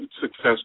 success